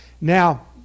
Now